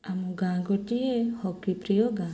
ଆମ ଗାଁ ଗୋଟିଏ ହକି ପ୍ରିୟ ଗାଁ